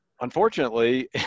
Unfortunately